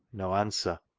no answer.